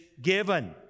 given